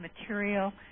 material